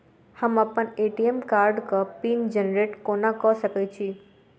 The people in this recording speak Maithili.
हम अप्पन ए.टी.एम कार्डक पिन जेनरेट कोना कऽ सकैत छी?